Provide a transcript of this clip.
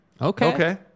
Okay